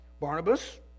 Barnabas